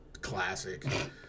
classic